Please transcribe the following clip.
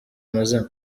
amazina